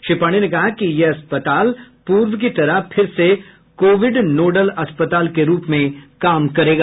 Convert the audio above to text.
श्री पांडेय ने कहा कि यह अस्पताल में पूर्व की तरह फिर से कोविड नोडल अस्पताल के रूप में काम करेगा